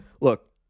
Look